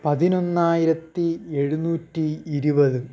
പതിനൊന്നായിരത്തി എഴുനൂറ്റി ഇരുപത്